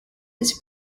this